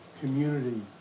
community